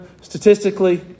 statistically